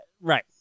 right